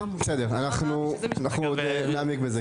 בסדר, אנחנו עוד נעמיק בזה.